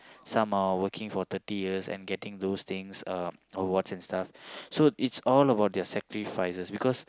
some are working for thirty years and getting those things uh awards and stuff so it's all about their sacrifices because